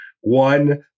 One